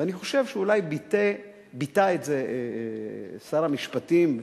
ואני חושב שאולי ביטא את זה שר המשפטים,